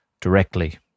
directly